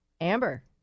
Amber